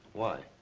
why?